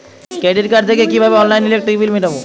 Credit card থেকে কিভাবে অনলাইনে ইলেকট্রিক বিল মেটাবো?